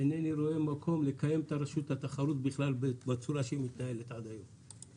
אינני רואה מקום לקיים את רשות התחרות בכלל בצורה שהיא מתנהלת עד היום.